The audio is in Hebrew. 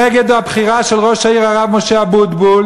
נגד הבחירה של ראש העיר הרב משה אבוטבול.